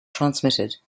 transmitted